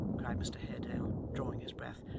cried mr haredale, drawing his breath.